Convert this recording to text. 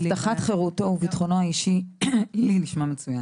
כן, הבטחת חירותו וביטחונו האישי לי נשמע מצוין.